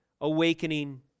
awakening